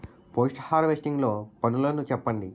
Post harvesting లో పనులను చెప్పండి?